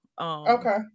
okay